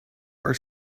are